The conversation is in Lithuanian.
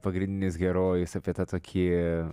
pagrindinis herojus apie tą tokį